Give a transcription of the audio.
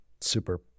super